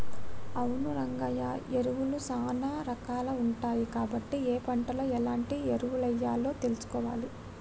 అవును రంగయ్య ఎరువులు సానా రాకాలు ఉంటాయి కాబట్టి ఏ పంటలో ఎలాంటి ఎరువులెయ్యాలో తెలుసుకోవాలి